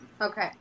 Okay